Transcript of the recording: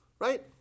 Right